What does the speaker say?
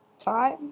time